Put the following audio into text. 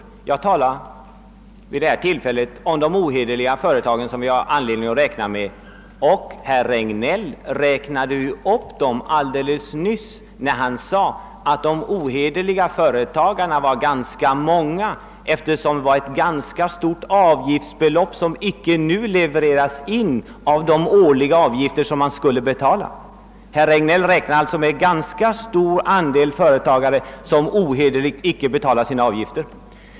Men jag talar vid detta tillfälle om de ohederliga företagen, som vi har anledning att räkna med; herr Regnéll sade också alldeles nyss att de ohederliga företagen var ganska många, eftersom det är stora avgiftsbelopp som nu icke levererats in. Herr Regnéll räknar alltså med ett ganska stort antal företagare, som ohederligt icke betalar sina avgifter.